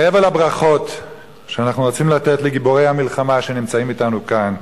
מעבר לברכות שאנחנו רוצים לתת לגיבורי המלחמה שנמצאים אתנו כאן,